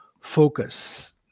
focus